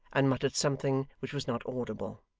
and muttered something which was not audible.